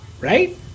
right